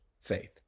faith